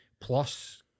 plus